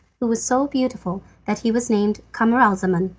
who was so beautiful that he was named camaralzaman,